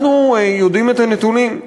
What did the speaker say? אנחנו יודעים את הנתונים,